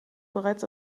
bereits